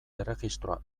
erregistroa